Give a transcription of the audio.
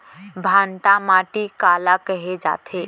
भांटा माटी काला कहे जाथे?